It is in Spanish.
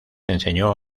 enseñó